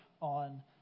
on